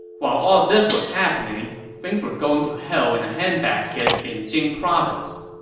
while all this was happening, things were going to hell in a handbasket in jing province.